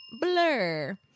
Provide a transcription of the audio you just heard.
blur